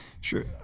Sure